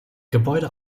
gebäude